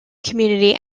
community